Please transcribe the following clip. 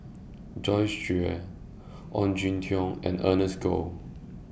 Joyce Jue Ong Jin Teong and Ernest Goh